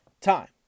time